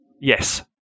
Yes